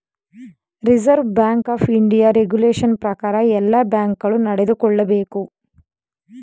reserve Bank of India regulation ಪ್ರಕಾರ ಎಲ್ಲ bank ಗಳು ನಡೆದುಕೊಳ್ಳಬೇಕು